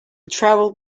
traveled